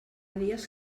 dies